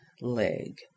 leg